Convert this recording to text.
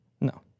no